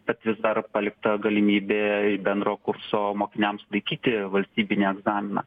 bet vis dar palikta galimybė bendro kurso mokiniams laikyti valstybinį egzaminą